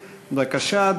בבקשה,